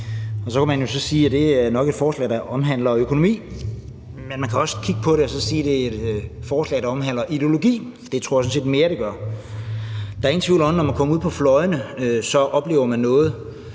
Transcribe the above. og så kan man jo så sige, at det nok er et forslag, der omhandler økonomi. Men man kan også kigge på det og sige, at det er et forslag, der omhandler ideologi, for det tror jeg sådan set mere det gør. Der er ingen tvivl om, at når man kommer ud på fløjene, oplever man noget.